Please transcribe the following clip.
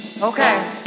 Okay